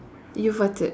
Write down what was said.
you farted